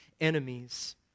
enemies